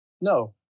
No